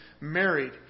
married